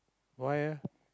why eh